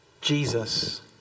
Jesus